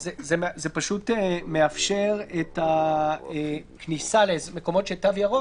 זה פשוט מאפשר את הכניסה למקומות של תו ירוק